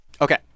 Okay